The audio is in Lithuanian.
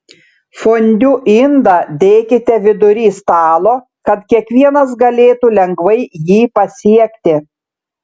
fondiu indą dėkite vidury stalo kad kiekvienas galėtų lengvai jį pasiekti